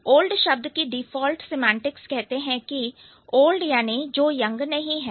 old शब्द के default semantics कहते हैं कि ओल्ड यानी जो यंग नहीं है